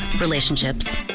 relationships